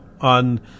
on